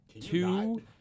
two